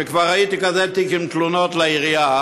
כבר ראיתי כזה תיק עם תלונות לעירייה,